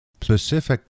specific